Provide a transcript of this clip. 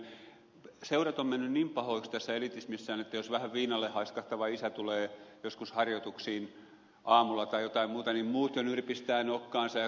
seurat ovat menneet niin pahoiksi tässä elitismissään että jos vähän viinalle haiskahtava isä tulee joskus harjoituksiin aamulla tai jotain muuta niin muut jo nyrpistävät nokkaansa ja kaikkea